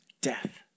death